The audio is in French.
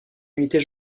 unités